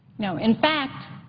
you know in fact,